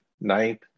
ninth